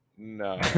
No